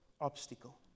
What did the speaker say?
obstacle